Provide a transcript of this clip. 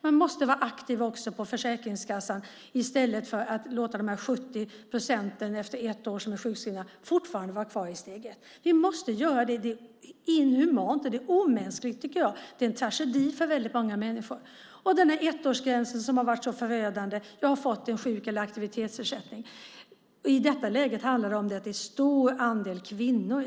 Man måste vara aktiv också på Försäkringskassan i stället för att låta de 70 procenten som är sjukskrivna efter ett år fortfarande vara kvar i steg ett. Vi måste göra något åt detta, för det är inhumant och omänskligt och en tragedi för väldigt många människor. Ettårsgränsen har varit förödande. Man har fått en sjuk eller aktivitetsersättning. Det handlar om en stor andel kvinnor.